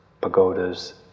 pagodas